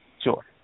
Sure